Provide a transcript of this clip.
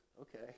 okay